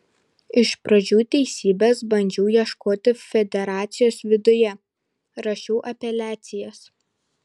iš pradžių teisybės bandžiau ieškoti federacijos viduje rašiau apeliacijas